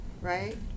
right